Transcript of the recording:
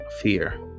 fear